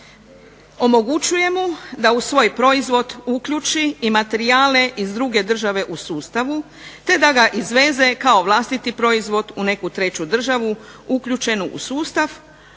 Omogućuje mu da u svoj proizvod uključi i materijale iz druge države u sustavu te da ga izveze kao vlastiti proizvod u neku treću državu uključenu u sustav,